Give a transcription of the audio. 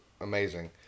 amazing